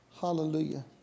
Hallelujah